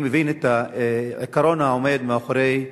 אני מבין את העיקרון העומד מאחורי,